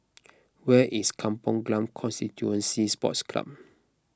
where is Kampong Glam Constituency Sports Club